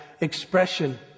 expression